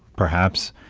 perhaps,